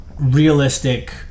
realistic